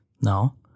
no